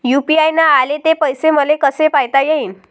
UPI न आले ते पैसे मले कसे पायता येईन?